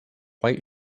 white